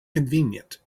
convenient